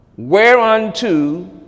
Whereunto